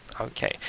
Okay